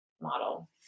Model